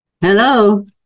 Hello